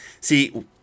See